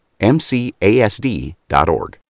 MCASD.org